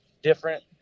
different